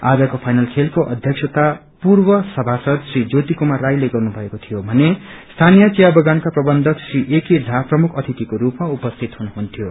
आजको फाइनल खेलको अध्यक्षता पूर्व सभासद श्री ज्योति कुमार राईले गर्नु भएको थियो भने स्थानिय चिया बगानका प्रबन्धक श्री एके झा प्रमुख अतिथिको रूपमा उपस्थित हुनुहुन्थ्यो